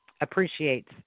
appreciates